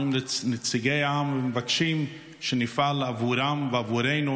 פונים לנציגי העם ומבקשים שנפעל עבורם ועבורנו,